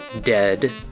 dead